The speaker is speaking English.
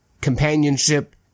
companionship